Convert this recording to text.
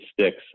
sticks